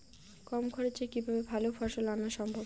কম খরচে কিভাবে ভালো ফলন আনা সম্ভব?